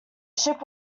ship